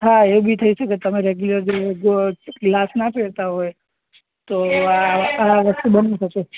હા એ બી થઈ શકે તમે રેગ્યુલર જે ગ્લાસ ના પહેરતાં હોય તો આ આ વસ્તુ બની શકે